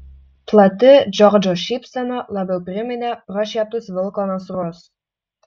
plati džordžo šypsena labiau priminė prašieptus vilko nasrus